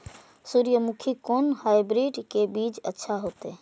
सूर्यमुखी के कोन हाइब्रिड के बीज अच्छा होते?